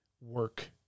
work